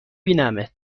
بینمت